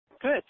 Good